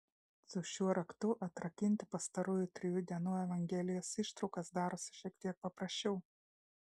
su šiuo raktu atrakinti pastarųjų trijų dienų evangelijos ištraukas darosi šiek tiek paprasčiau